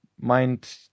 mind